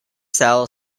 sell